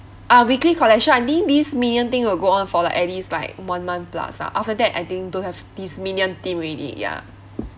ah weekly collection I think this minion thing will go on for like at least like one month plus ah after that I think don't have this minion theme already ya